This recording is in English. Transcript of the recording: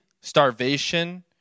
starvation